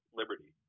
liberty